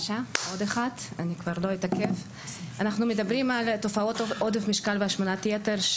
אנחנו מדברים על תופעות עודף משקל והשמנת יתר,